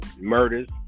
murders